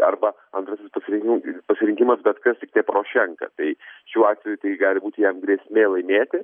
arba visų tų trijų pasirinkimas bet kas tik ne porošenka tai šiuo atveju gali būti jam grėsmė laimėti